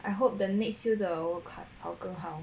I hope the next few 的我考更好